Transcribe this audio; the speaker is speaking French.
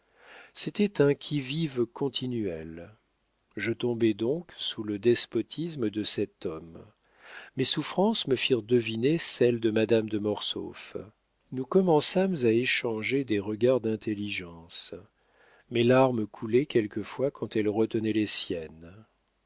c'était un qui-vive continuel je tombai donc sous le despotisme de cet homme mes souffrances me firent deviner celles de madame de mortsauf nous commençâmes à échanger des regards d'intelligence mes larmes coulaient quelquefois quand elle retenait les siennes